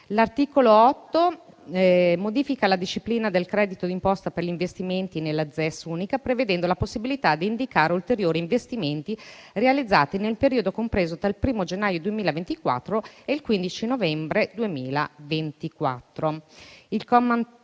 L'articolo 8 modifica la disciplina del credito d'imposta per gli investimenti nella ZES unica, prevedendo la possibilità di indicare ulteriori investimenti realizzati nel periodo compreso tra il 1° gennaio 2024 e il 15 novembre 2024.